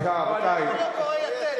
הוא לא קורא "יתד".